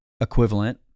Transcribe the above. equivalent